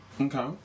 Okay